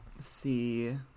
see